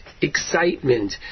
excitement